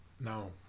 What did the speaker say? No